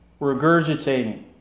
regurgitating